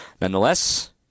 nonetheless